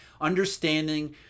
understanding